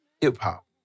hip-hop